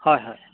হয় হয়